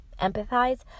empathize